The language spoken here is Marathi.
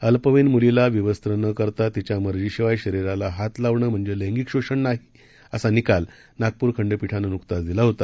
अल्पवयीन मुलीला विवस्त्र न करता तिच्या मर्जीशिवाय शरीराला हात लावणं म्हणजे लैंगिक शोषण नाही असा निकाल नागपूर खंडपीठानं नुकताच दिला होता